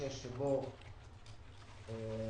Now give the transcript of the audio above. שבו